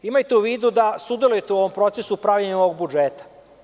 Imajte u vidu da sudelujete u ovom procesu pravljenja ovog budžeta.